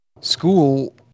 school